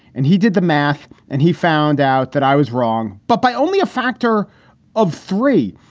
and he did the math and he found out that i was wrong. but by only a factor of three.